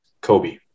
Kobe